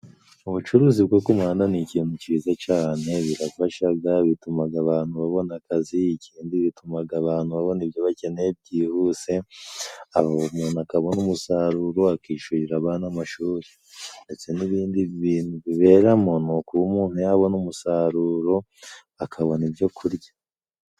Ubucuruzi bwo kumuhanda ni ikintu ciza cane. Birafashaga bitumaga abantu babona akazi, ikindi bitumaga abantu babona ibyo bakeneye byihuse. Umuntu akabona umusaruro akishurira abana amashuri, ndetse n'ibindi bintu biberamo ni ukuba umuntu yabona umusaruro akabona ibyo kurya.